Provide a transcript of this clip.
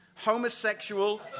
homosexual